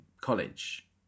college